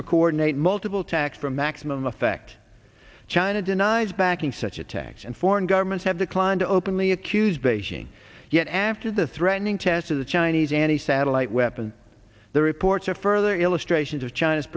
or coordinate multiple tax for maximum effect china denies backing such attacks and foreign governments have declined to openly accuse beijing yet after the threatening test of the chinese anti satellite weapon the reports of further illustrations of china's